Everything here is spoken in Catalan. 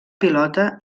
pilota